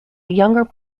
younger